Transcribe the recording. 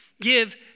give